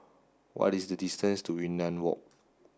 what is the distance to Yunnan Walk